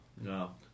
No